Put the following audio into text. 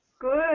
Good